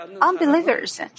Unbelievers